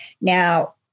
Now